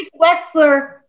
Wexler